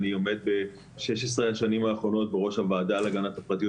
אני עומד ב-16 השנים האחרונות בראש הוועדה להגנת הפרטיות